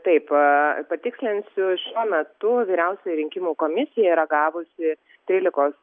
taip aaa patikslinsiu šiuo metu vyriausioji rinkimų komisija yra gavusi trylikos